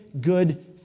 good